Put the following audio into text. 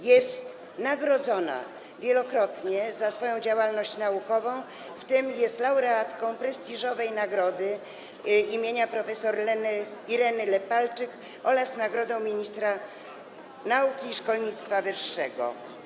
Jest wielokrotnie nagrodzona za swoją działalność naukową, w tym jest laureatką prestiżowej nagrody imienia prof. Ireny Lepalczyk oraz nagrody ministra nauki i szkolnictwa wyższego.